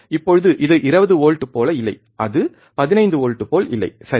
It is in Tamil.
இப்போது இது 20 வோல்ட் போல இல்லை இது 15 வோல்ட் போல் இல்லை சரி